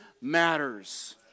matters